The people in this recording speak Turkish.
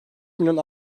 milyon